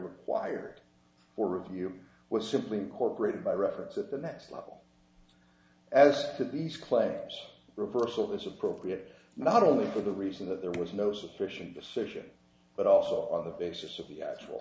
required for review was simply incorporated by reference at the next level as to these claims reversal is appropriate not only for the reason that there was no sufficient decision but also on the basis of the actual